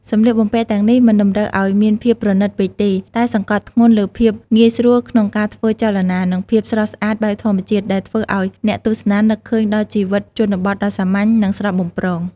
សម្លៀកបំពាក់ទាំងនេះមិនតម្រូវឱ្យមានភាពប្រណិតពេកទេ តែសង្កត់ធ្ងន់លើភាពងាយស្រួលក្នុងការធ្វើចលនា និងភាពស្រស់ស្អាតបែបធម្មជាតិ ដែលធ្វើឱ្យអ្នកទស្សនានឹកឃើញដល់ជីវិតជនបទដ៏សាមញ្ញ និងស្រស់បំព្រង។